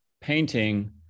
painting